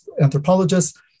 anthropologists